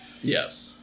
Yes